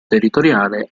territoriale